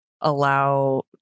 allow